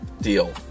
deal